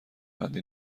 بندی